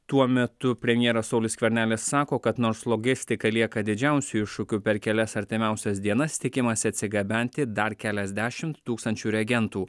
tuo metu premjeras saulius skvernelis sako kad nors logistika lieka didžiausiu iššūkiu per kelias artimiausias dienas tikimasi atsigabenti dar keliasdešimt tūkstančių reagentų